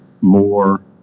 more